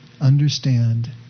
understand